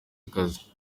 akazi